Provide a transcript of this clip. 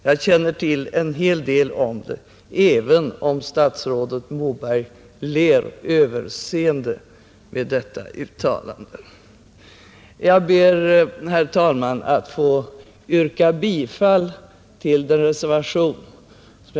Jag känner till en hel del om det — även om statsrådet Moberg ler överseende vid detta uttalande. Jag ber, fru talman, att få yrka bifall till reservationen.